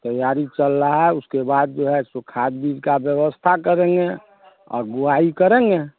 तैयारी चल रही है उसके बाद जो है सूखे बीज की व्यवस्था करेंगे और बुवाई करेंगे